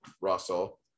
Russell